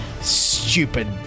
stupid